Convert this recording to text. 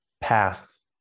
past